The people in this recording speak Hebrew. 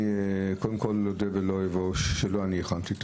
קודם כול אודה ולא אבוש שלא אני הכנתי את